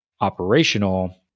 operational